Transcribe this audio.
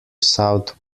south